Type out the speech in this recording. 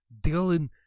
Dylan